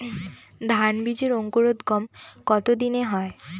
ধান বীজের অঙ্কুরোদগম কত দিনে হয়?